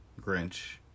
Grinch